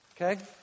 Okay